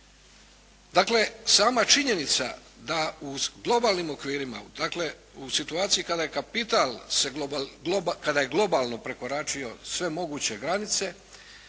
Dakle, sama činjenica da u globalnim okvirima, dakle u situaciji kada je situaciji kada je kapital, kada je globalno prekoračio sve moguće granice,